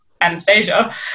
Anastasia